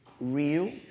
real